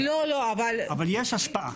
אבל יש השפעה.